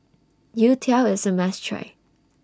Youtiao IS A must Try